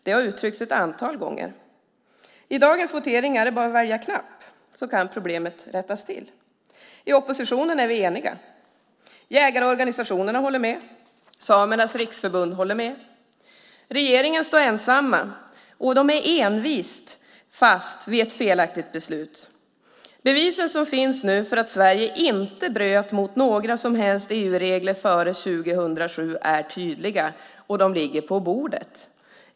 Det har uttryckts ett antal gånger. I dagens votering är det bara att välja knapp, så kan problemen rättas till. I oppositionen är vi eniga. Jägarorganisationerna håller med. Samernas riksförbund håller med. Regeringen står ensam, och står envist fast vid ett felaktigt beslut. Bevisen som nu finns för att Sverige inte bröt mot några som helst EU-regler före 2007 är tydliga, och de ligger på bordet.